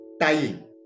tying